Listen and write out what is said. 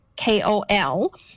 kol